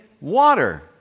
water